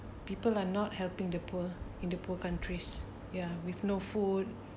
people are not helping the poor into poor countries ya with no food